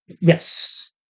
Yes